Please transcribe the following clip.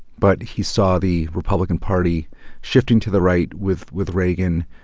but he saw the republican party shifting to the right with with reagan.